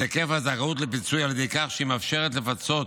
היקף הזכאות לפיצוי על ידי כך שהיא מאפשרת לפצות